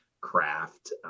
craft